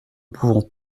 pouvons